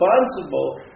responsible